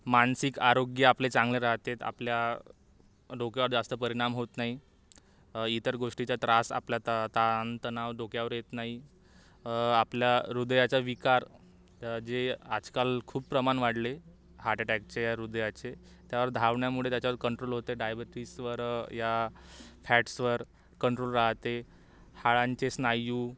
मानसिक आरोग्य आपले चांगले राहते आपल्या डोक्यावर जास्त परिणाम होत नाही इतर गोष्टीचा त्रास आपल्या ता ता तणाव डोक्यावर येत नाही आपल्या हृदयाचा विकार जे आजकाल खूप प्रमाण वाढले हार्ट अटॅकचे या हृदयाचे त्यावर धावण्यामुळे त्याच्यावर कंट्रोल होते डायबेटीजवर या फॅट्सवर कंट्रोल राहते हाडांचे स्नायू